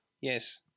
Yes